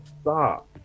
Stop